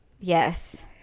Yes